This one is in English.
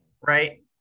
Right